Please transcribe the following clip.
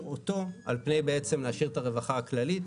אותו על פני להעשיר את הרווחה הכללית.